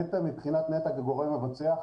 נת"ע, מבחינת נת"ע, זה גורם מבצע.